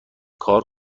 کار